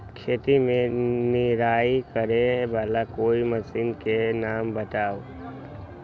खेत मे निराई करे वाला कोई मशीन के नाम बताऊ?